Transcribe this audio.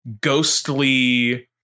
ghostly